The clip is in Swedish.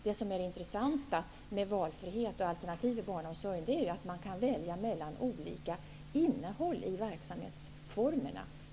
Det som är det intressanta med valfrihet och alternativ inom barnomsorgen är att man kan välja mellan olika innehåll i verksamhetsformerna.